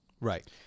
Right